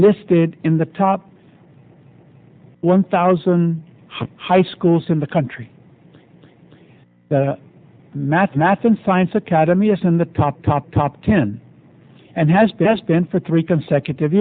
listed in the top one thousand high schools in the country that math math and science academy is in the top top top ten and has best been for three consecutive